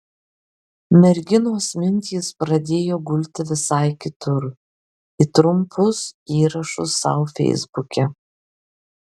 merginos mintys pradėjo gulti visai kitur į trumpus įrašus sau feisbuke